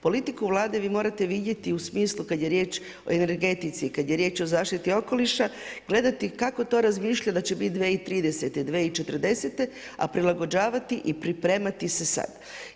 Politiku Vlade vi morate vidjeti u smislu kad je riječ o energetici, kad je riječ o zaštiti okoliša, gledati kako to razmišljati da će biti 2030., 2040., a prilagođavati i pripremati se sad.